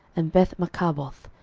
and bethmarcaboth,